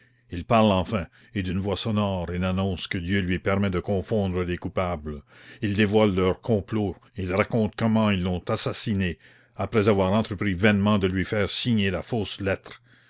il parle enfin et d'une voix sonore il annonce que dieu lui permet de confondre les coupables il dévoile leurs complots il raconte comment ils l'ont assassiné après avoir entrepris vainement de lui faire signer la fausse lettre